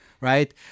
right